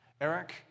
Eric